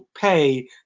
pay